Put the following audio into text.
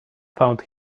found